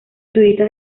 turistas